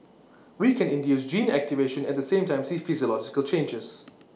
we can induce gene activation at the same time see physiological changes